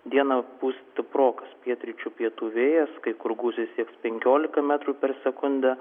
dieną pūs stiprokas pietryčių pietų vėjas kai kur gūsiai siekscpenkiolika metrų per sekundę